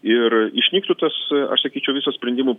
ir išnyktų tas aš sakyčiau visas sprendimų